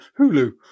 Hulu